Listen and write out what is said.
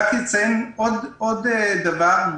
רק אציין עוד דבר.